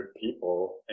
people